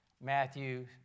Matthew